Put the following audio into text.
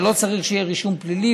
שלא צריך שיהיה רישום פלילי,